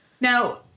now